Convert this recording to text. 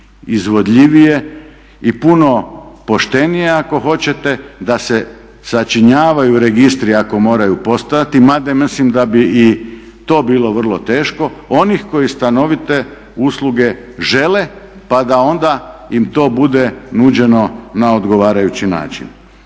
izvodljivije i puno poštenije ako hoćete da se sačinjavaju registri ako moraju postojati, mada mislim da bi i to bilo vrlo teško, onih koji stanovite usluge žele pa da onda im to bude nuđeno na odgovarajući način.